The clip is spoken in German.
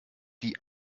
die